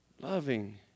loving